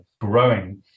growing